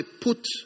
put